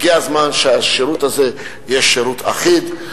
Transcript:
הגיע הזמן שהשירות הזה יהיה שירות אחיד,